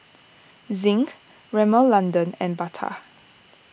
Zinc Rimmel London and Bata